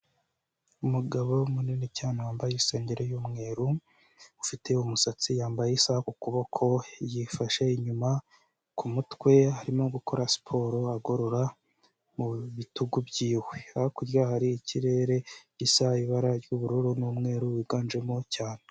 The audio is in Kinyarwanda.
Umugabo munini cyane wambaye isengeri y'umweru, ufite umusatsi yambaye isaha ku kuboko, yifashe inyuma ku mutwe, arimo gukora siporo agorora mu bitugu by'iwe, hakurya hari ikirere gisa ibara ry'ubururu n'umweru wiganjemo cyane.